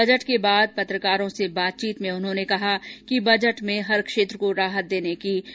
budget के बाद पत्रकारों से बातचीत में उन्होंने कहा कि बजट में हर क्षेत्र को राहत देने की कोशिश की गई है